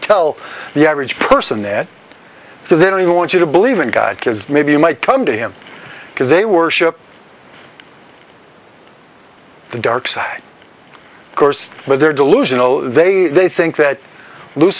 tell the average person that they don't want you to believe in god because maybe you might come to him because they worship the dark side of course but they're delusional they they think that l